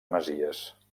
masies